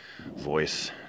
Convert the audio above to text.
voice